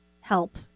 help